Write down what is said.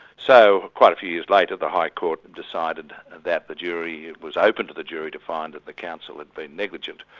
so quite a few years later the high court decided that the jury it was open to the jury to find that the council had been negligent.